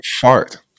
fart